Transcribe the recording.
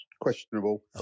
questionable